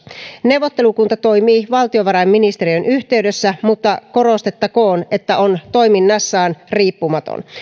neuvottelukunta toimii valtiovarainministeriön yhteydessä mutta korostettakoon että se on toiminnassaan riippumaton